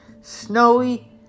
snowy